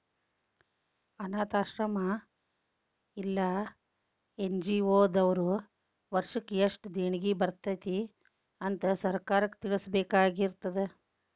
ಅನ್ನಾಥಾಶ್ರಮ್ಮಾ ಇಲ್ಲಾ ಎನ್.ಜಿ.ಒ ದವ್ರು ವರ್ಷಕ್ ಯೆಸ್ಟ್ ದೇಣಿಗಿ ಬರ್ತೇತಿ ಅಂತ್ ಸರ್ಕಾರಕ್ಕ್ ತಿಳ್ಸಬೇಕಾಗಿರ್ತದ